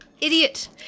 Idiot